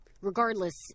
Regardless